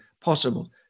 possible